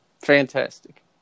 fantastic